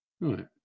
Right